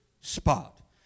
spot